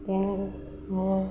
ତେଣୁ ମୁଁ